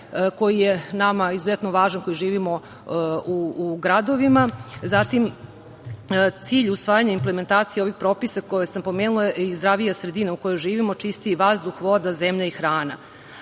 koji je nama izuzetno važan koji živimo u gradovima, zatim cilj usvajanja implementacije ovih propisa koje sam pomenula je i zdravija sredina u kojoj živimo, čistiji vazduh, voda, zemlja i